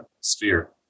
sphere